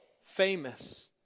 famous